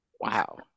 Wow